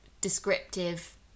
Descriptive